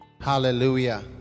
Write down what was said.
Hallelujah